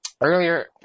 earlier